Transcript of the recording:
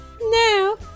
Now